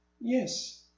yes